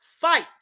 fight